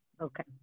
Okay